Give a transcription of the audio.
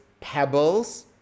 pebbles